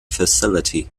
facility